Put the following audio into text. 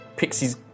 Pixie's